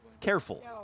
careful